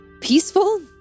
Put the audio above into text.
peaceful